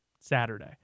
Saturday